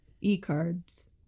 E-cards